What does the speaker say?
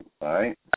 right